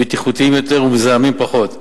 בטיחותיים יותר ומזהמים פחות.